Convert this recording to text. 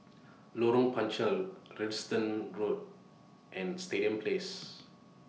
Lorong Panchar Road and Stadium Place